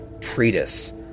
treatise